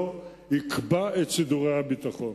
יקבע את סידורי הביטחון.